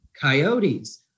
coyotes